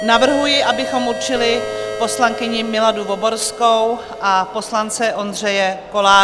Navrhuji, abychom určili poslankyni Miladu Voborskou a poslance Ondřeje Koláře.